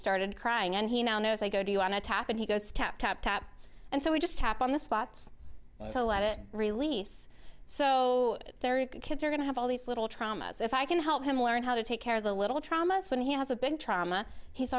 started crying and he now knows i go to you on a tap and he goes tap tap tap and so we just tap on the spots to let it release so kids are going to have all these little traumas if i can help him learn how to take care of the little traumas when he has a big trauma he's